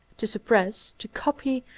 to suppress, to copy,